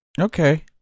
Okay